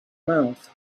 mouth